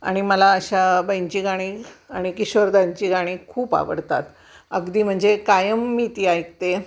आणि मला आशा बाईंची गाणी आणि किशोरदांची गाणी खूप आवडतात अगदी म्हणजे कायम मी ती ऐकते